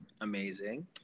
Amazing